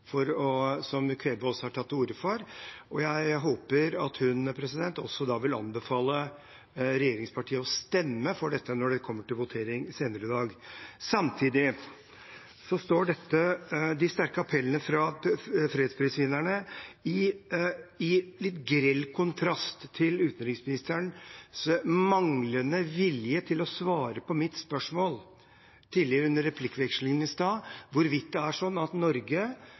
fond, som Mukwege også har tatt til orde for. Jeg håper at hun vil anbefale regjeringspartiene å stemme for dette når det kommer til votering senere i dag. Samtidig står de sterke appellene fra fredsprisvinnerne i grell kontrast til utenriksministerens manglende vilje til å svare på mitt spørsmål under replikkvekslingen i stad om hvorvidt det er sånn at Norge,